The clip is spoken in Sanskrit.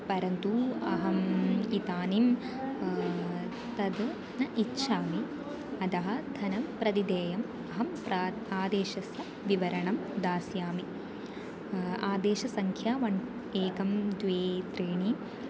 परन्तु अहम् इदानीं तद् न इच्छामि अतः धनं प्रतिदेयम् अहं प्रातः आदेशस्य विवरणं दास्यामि आदेशसङ्ख्या वन् एकं द्वे त्रीणि